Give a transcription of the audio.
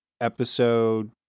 episode